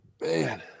Man